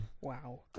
Wow